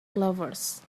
clovers